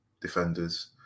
defenders